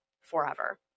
forever